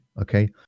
Okay